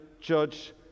judge